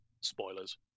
Spoilers